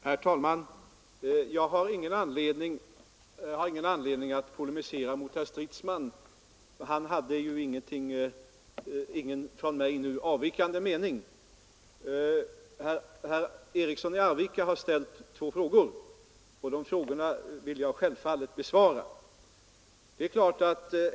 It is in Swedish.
Herr talman! Jag har ingen anledning att polemisera mot herr Stridsman. Han hade här ingen mening som avvek från min. Herr Eriksson i Arvika har ställt två frågor, och dem vill jag självfallet besvara.